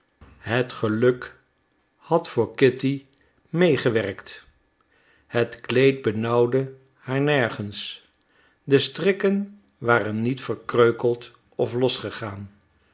het geluk had voor kitty meegewerkt het kleed benauwde haar nergens de strikken waren niet verkreukeld of losgegaan